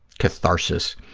catharsis.